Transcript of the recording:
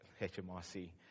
HMRC